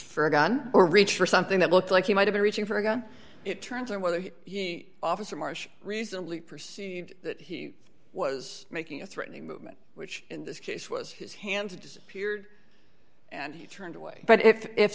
for a gun or reach for something that looked like he might have a reaching for a gun it turns on whether officer marsh reasonably perceived that he was making a threatening movement which in this case was his hands disappeared and he turned away but if